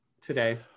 today